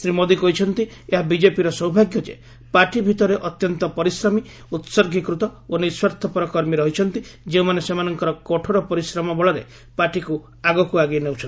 ଶ୍ରୀ ମୋଦି କହିଛନ୍ତି ଏହା ବିଜେପିର ସୌଭାଗ୍ୟ ଯେ ପାର୍ଟି ଭିତରେ ଅତ୍ୟନ୍ତ ପରିଶ୍ରମୀ ଉତ୍ଗୀକୃତ ଓ ନିସ୍ୱାର୍ଥପର କର୍ମୀ ରହିଛନ୍ତି ଯେଉଁମାନେ ସେମାନଙ୍କର କଠୋର ପରିଶ୍ରମ ବଳରେ ପାର୍ଟିକୁ ଆଗକୁ ଆଗେଇ ନେଉଛନ୍ତି